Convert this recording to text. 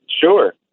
Sure